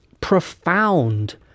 profound